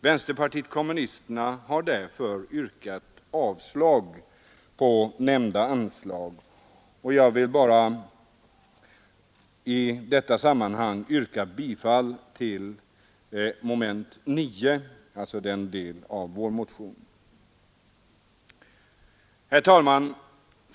Vänsterpartiet kommunisterna har därför i motionen yrkat avslag på detta anslag, och jag vill bara helt kort yrka bifall till vår motion i denna Herr talman!